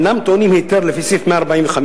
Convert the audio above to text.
אינם טעונים היתר לפי סעיף 145,